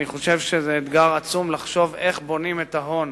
אני חושב שזה אתגר עצום לחשוב איך בונים את ההון.